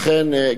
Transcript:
לכן,